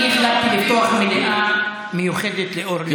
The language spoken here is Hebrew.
אני החלטתי לפתוח מליאה מיוחדת לאורלי לוי,